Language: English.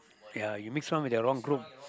ya you mix around with the wrong group